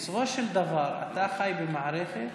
בסופו של דבר אתה חי במערכת